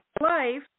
life